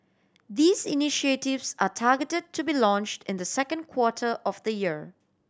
these initiatives are targeted to be launched in the second quarter of the year